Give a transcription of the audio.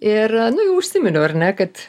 ir nu jau užsiminiau ar ne kad